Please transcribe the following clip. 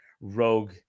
rogue